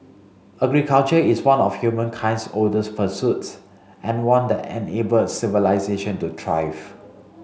agriculture is one of humankind's oldest pursuits and one that enabled civilisation to thrive